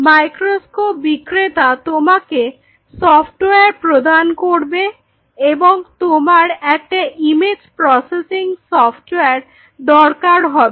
microscope বিক্রেতা তোমাকে software প্রদান করবে এবং তোমার একটা ইমেজ প্রসেসিং সফটওয়্যার দরকার হবে